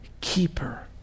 keeper